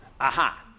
aha